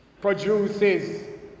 produces